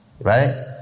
Right